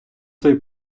цей